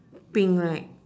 pink right